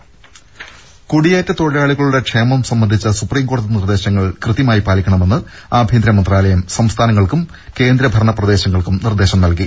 ദേദ കുടിയേറ്റ തൊഴിലാളികളുടെ ക്ഷേമം സംബന്ധിച്ച സുപ്രീംകോടതി നിർദ്ദേശങ്ങൾ കൃത്യമായി പാലിക്കണമെന്ന് ആഭ്യന്തര മന്ത്രാലയം സംസ്ഥാനങ്ങൾക്കും കേന്ദ്രഭരണ പ്രദേശങ്ങൾക്കും നിർദ്ദേശം നൽകി